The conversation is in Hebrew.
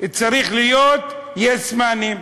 צריך להיות "יס-מנים".